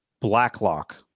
Blacklock